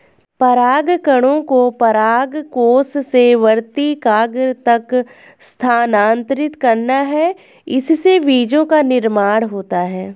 परागकणों को परागकोश से वर्तिकाग्र तक स्थानांतरित करना है, इससे बीजो का निर्माण होता है